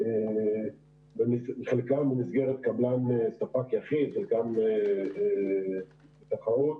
חלקם במסגרת ספק יחיד וחלקם בתחרות.